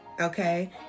Okay